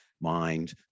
mind